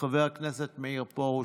חבר הכנסת מאיר פרוש.